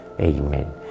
Amen